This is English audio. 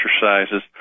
exercises